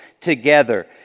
together